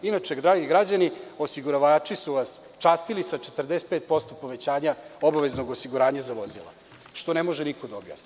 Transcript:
Inače, dragi građani, osiguravači su vas častili sa 45% povećanja obaveznog osiguranja za vozila, što ne može niko da objasni.